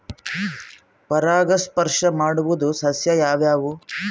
ಪರಾಗಸ್ಪರ್ಶ ಮಾಡಾವು ಸಸ್ಯ ಯಾವ್ಯಾವು?